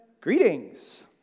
Greetings